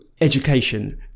education